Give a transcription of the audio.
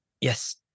Yes